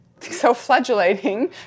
self-flagellating